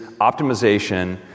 optimization